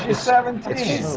she's seventeen.